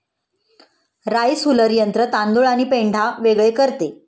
rice huller यंत्र तांदूळ आणि पेंढा वेगळे करते